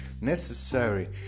necessary